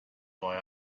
boy